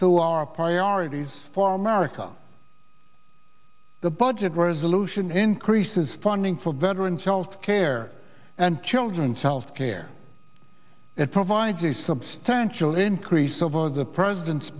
to our priorities for america the budget resolution increases funding for veterans health care and children's health care it provides a substantial increase over the president's